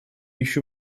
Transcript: еще